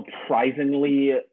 surprisingly